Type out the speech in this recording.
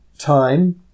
time